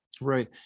Right